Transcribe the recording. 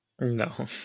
no